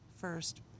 first